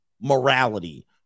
morality